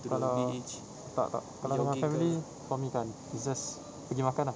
kalau tak tak kalau dengan family for me kan it's just pergi makan lah